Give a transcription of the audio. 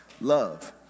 love